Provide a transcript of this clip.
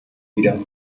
wieder